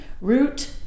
root